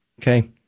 okay